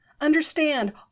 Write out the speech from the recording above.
Understand